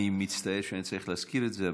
אני מצטער שאני צריך להזכיר את זה,